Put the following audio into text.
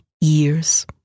years